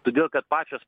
todėl kad pačios